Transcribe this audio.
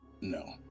No